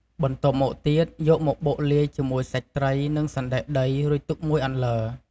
បន្ទាប់មកទៀតយកមកបុកលាយជាមួយសាច់ត្រីនិងសណ្តែកដីរួចទុកមួយអន្លើ។